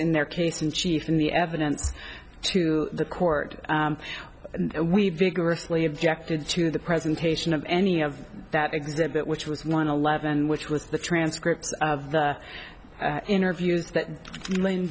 in their case in chief and the evidence to the court we vigorously objected to the presentation of any of that exhibit which was one eleven which was the transcripts of the interviews that